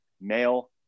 male